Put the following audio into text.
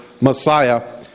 Messiah